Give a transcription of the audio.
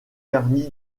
garni